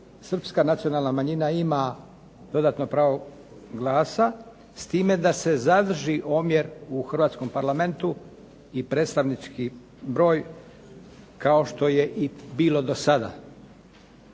srpska nacionalna manjina ima dodatno pravo glasa, s time da se zadrži omjer u hrvatskom Parlamentu i predstavnički broj kao što je i bilo do sada.